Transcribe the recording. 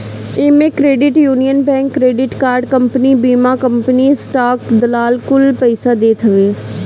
इमे credit union bank, credit card company, बीमा company, stock दलाल कुल पइसा देत हवे